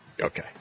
Okay